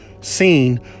seen